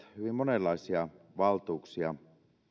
hyvin monenlaisia valtuuksia